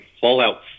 Fallout